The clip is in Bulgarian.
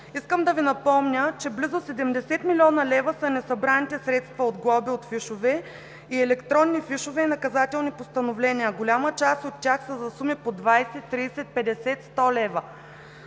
Искам да Ви напомня, че близо 70 млн. лв. са несъбраните средства от глоби от фишове, и електронни фишове и наказателни постановления. Голяма част от тях са за суми по 20, 30, 50, 100 лв.